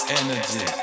energy